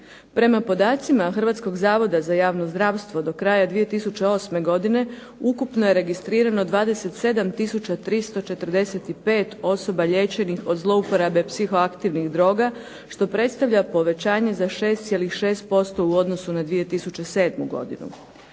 Prema podacima Hrvatskog zavoda za javno zdravstvo do kraja 2008. godine ukupno je registrirano 27 tisuća 345 osoba liječenih od zlouporabe psihoaktivnih droga što predstavlja povećanje za 6,6% u odnosu na 2007. godinu.